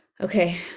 okay